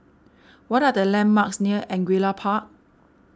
what are the landmarks near Angullia Park